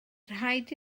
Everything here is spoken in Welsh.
rhaid